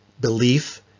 belief